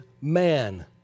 man